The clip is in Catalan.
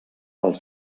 els